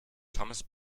thomas